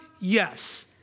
Yes